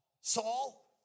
Saul